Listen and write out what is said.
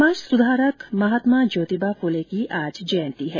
समाज सुधारक महात्मा ज्योतिबा फुले की आज जयंती है